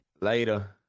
Later